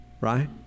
right